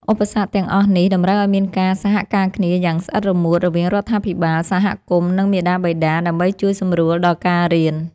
ឧបសគ្គទាំងអស់នេះតម្រូវឱ្យមានការសហការគ្នាយ៉ាងស្អិតរមួតរវាងរដ្ឋាភិបាល សហគមន៍ និង មាតាបិតា ដើម្បីជួយសម្រួលដល់ការរៀន។